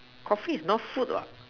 Coffee is not fruit what